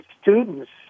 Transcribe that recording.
students